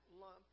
lump